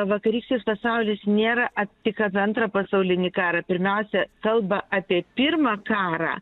vakarykštis pasaulis nėra a tik apie antrą pasaulinį karą pirmiausia kalba apie pirmą karą